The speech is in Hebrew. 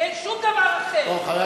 יש גבול לצביעות שלו חבל,